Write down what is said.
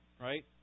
Right